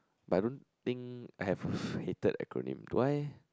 but I don't think have hated acronym why